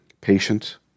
Patient